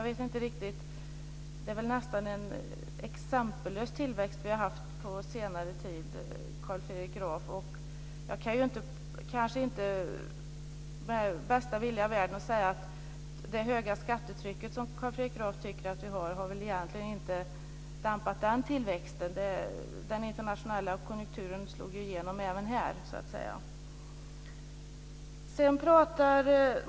Vi har väl på senare tid haft en exempellös tillväxt, Carl Fredrik Graf. Jag kan inte med bästa vilja i världen säga att det höga skattetryck som Carl Fredrik Graf tycker att vi har har dämpat all tillväxt. Den internationella konjunkturen slog igenom även här.